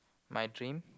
my dream